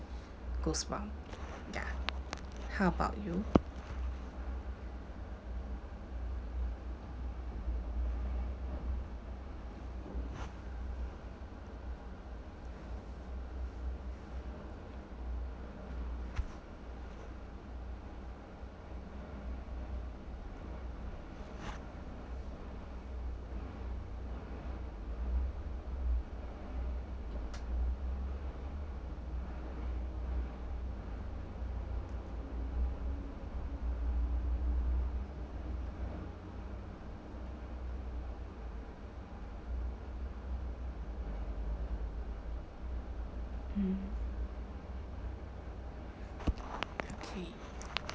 goose bump ya how about you mm okay